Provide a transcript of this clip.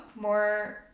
more